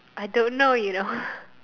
I don't know you know